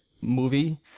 movie